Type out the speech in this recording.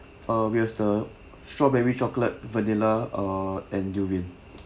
uh we have the the strawberry chocolate vanilla uh and durian